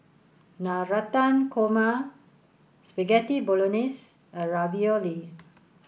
Navratan Korma Spaghetti Bolognese and Ravioli